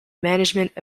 management